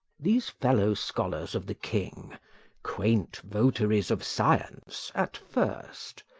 these fellow-scholars of the king quaint votaries of science at first,